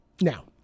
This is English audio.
Now